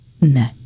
no